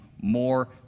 more